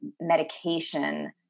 medication